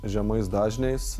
žemais dažniais